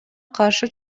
каршы